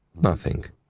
nothing.